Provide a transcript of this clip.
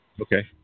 Okay